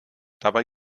dabei